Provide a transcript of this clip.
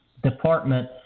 department